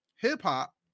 hip-hop